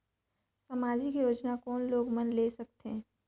समाजिक योजना कोन लोग मन ले सकथे?